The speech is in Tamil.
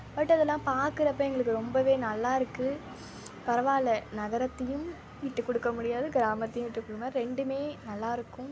பட் அதெல்லாம் பார்க்குறப்ப எங்களுக்கு ரொம்பவே நல்லா இருக்குது பரவாயில்ல நகரத்தையும் விட்டுக்கொடுக்க முடியாது கிராமத்தையும் விட்டுக்கொடுக்க முடியாது ரெண்டுமே நல்லா இருக்கும்